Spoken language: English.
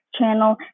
Channel